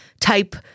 type